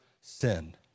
sin